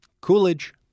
Coolidge